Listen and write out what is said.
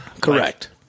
Correct